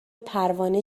پروانه